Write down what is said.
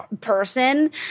person